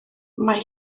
mae